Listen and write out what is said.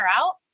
out